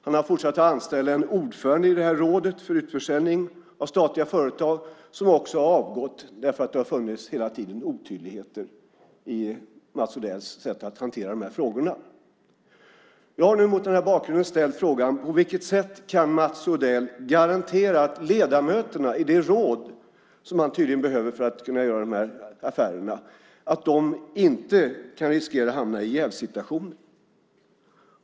Han har anställt en ordförande i det här rådet för utförsäljning av statliga företag som också har avgått för att det hela tiden har funnits otydligheter i Mats Odells sätt att hantera de här frågorna. Jag har nu, mot den här bakgrunden, frågat på vilket sätt Mats Odell kan garantera att ledamöterna i det råd som han tydligen behöver för att kunna göra de här affärerna inte kan riskera att hamna i jävssituationer.